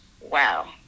wow